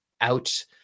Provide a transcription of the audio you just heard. out